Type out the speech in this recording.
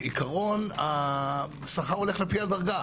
כעיקרון השכר הולך לפי הדרגה,